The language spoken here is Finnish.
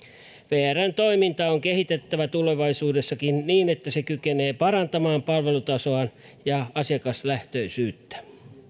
vrn toimintaa on kehitettävä tulevaisuudessakin niin että vr kykenee parantamaan palvelutasoaan ja asiakaslähtöisyyttä